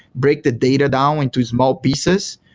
break the data down into small pieces,